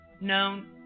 known